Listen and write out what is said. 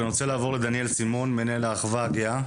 אני רוצה לעבור לדניאל סימון, מנהל האחווה הגאה.